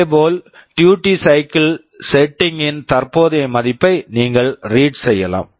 இதேபோல் duty cycle duty cycle setting setting ன் தற்போதைய மதிப்பை நீங்கள் ரீட் read செய்யலாம்